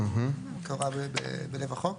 כהוראה בלב החוק.